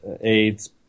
AIDS